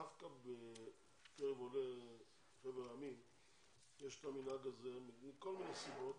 דווקא בקרב עולי חבר העמים יש את המנהג הזה מכל מיני סיבות